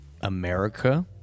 America